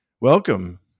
Welcome